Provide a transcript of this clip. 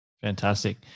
Fantastic